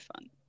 fun